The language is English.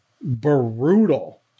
brutal